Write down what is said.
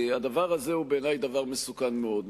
הדבר הזה בעיני הוא מסוכן מאוד,